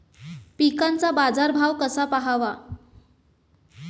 पिकांचा बाजार भाव कसा पहावा?